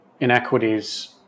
inequities